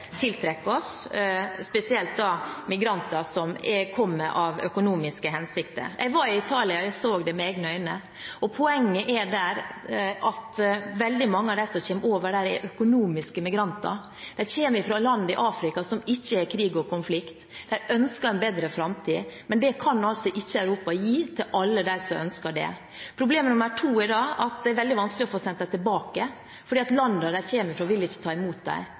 oss spesielt migranter som kommer med økonomiske hensikter. Jeg var i Italia, jeg så det med egne øyne. Poenget er at veldig mange av dem som kommer dit, er økonomiske migranter. De kommer fra land i Afrika som ikke er i krig og konflikt. De ønsker en bedre framtid, men det kan ikke Europa gi alle dem som ønsker det. Problem nr. 2 i dag at det er veldig vanskelig å få sendt dem tilbake, fordi landene de kommer fra, ikke vil ta imot